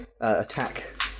attack